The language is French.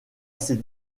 ces